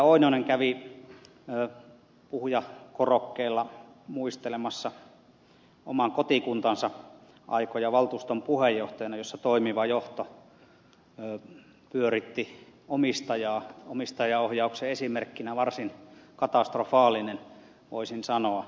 oinonen kävi puhujakorokkeella muistelemassa oman kotikuntansa aikoja valtuuston puheenjohtajana jossa toimiva johto pyöritti omistajaa omistajaohjauksen esimerkkinä varsin katastrofaalinen voisin sanoa